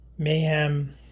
Mayhem